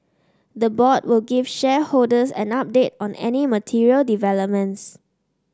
the board will give shareholders an update on any material developments